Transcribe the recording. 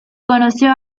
conoció